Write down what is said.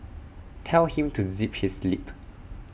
tell him to zip his lip